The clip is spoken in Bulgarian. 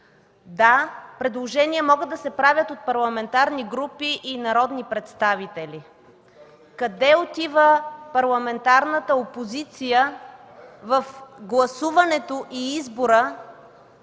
да, предложения могат да се правят от парламентарни групи и народни представители. Къде отива парламентарната опозиция в гласуването и избора